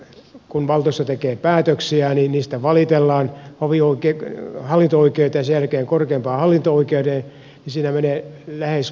kun valtuusto tekee päätöksiä niin niistä valitellaan hallinto oikeuteen sen jälkeen korkeimpaan hallinto oikeuteen ja siinä menee lähes pari vuotta